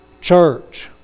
church